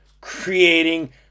creating